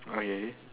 okay